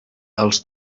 els